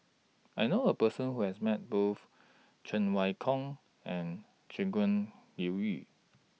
I know A Person Who has Met Both Cheng Wai Keung and Shangguan Liuyun